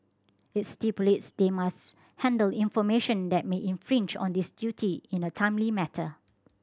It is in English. it stipulates they must handle information that may infringe on this duty in a timely matter